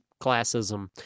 classism